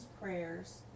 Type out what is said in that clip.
prayers